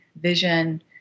vision